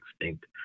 extinct